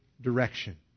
direction